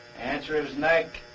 answer is neck,